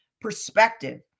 perspective